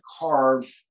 carve